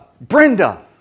Brenda